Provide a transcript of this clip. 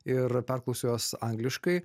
ir perklausiu jos angliškai